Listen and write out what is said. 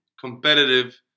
competitive